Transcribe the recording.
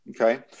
Okay